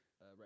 Right